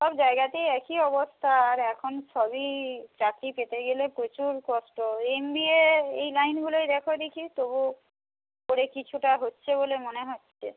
সব জায়গাতেই একই অবস্থা আর এখন সবই চাকরি পেতে গেলে প্রচুর কষ্ট এম বি এ এই লাইনগুলোয় দেখো দেখি তবু পড়ে কিছুটা হচ্ছে বলে মনে হচ্ছে